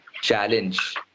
challenge